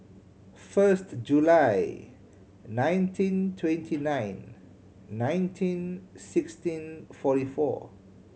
first July nineteen twenty nine nineteen sixteen forty four